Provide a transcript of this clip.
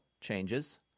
changes